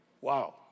Wow